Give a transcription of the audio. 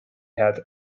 had